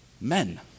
Men